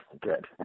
Good